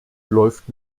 läuft